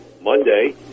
Monday